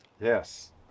Yes